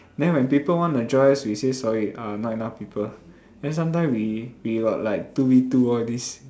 then when people want to join us we say sorry err not enough people then sometimes we we got like two V two all this